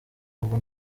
ubu